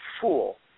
fool